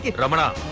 grandma